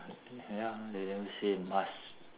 ya they never say must